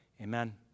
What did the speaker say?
amen